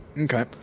Okay